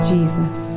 Jesus